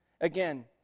again